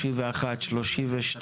31, 32,